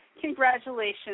Congratulations